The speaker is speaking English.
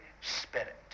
Spirit